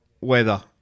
weather